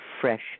fresh